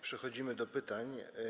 Przechodzimy do pytań.